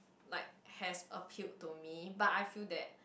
like has appealed to me but I feel that